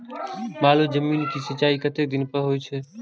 बालू जमीन क सीचाई कतेक दिन पर हो छे?